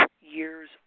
years